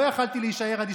לא יכולתי להישאר אדיש,